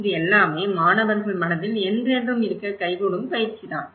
இது எல்லாமே மாணவர்கள் மனதில் என்றென்றும் இருக்கும் கைகூடும் பயிற்சிதான்